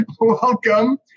welcome